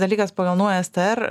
dalykas pagal naują str